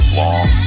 long